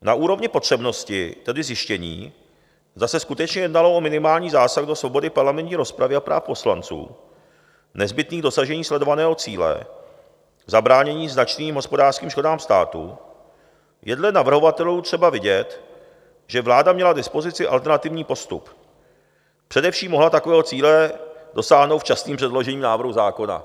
Na úrovni potřebnosti, tedy zjištění, zda se skutečně jednalo o minimální zásah do svobody parlamentní rozpravy a práv poslanců, nezbytný k dosažení sledovaného cíle zabránění značným hospodářským škodám státu, je dle navrhovatelů třeba vidět, že vláda měla k dispozici alternativní postup, především mohla takového cíle dosáhnout včasným předložením návrhu zákona.